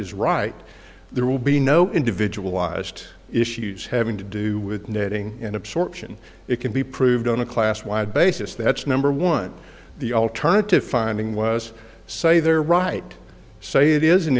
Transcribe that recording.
is right there will be no individual ised issues having to do with knitting and absorption it can be proved on a class wide basis that's number one the alternative finding was say there right say it is an